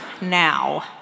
now